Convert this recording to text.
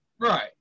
Right